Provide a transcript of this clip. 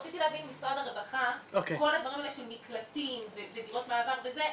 רציתי להבין ממשרד הרווחה את כל הדברים האלה של מקלטים ודירות מעבר וזה,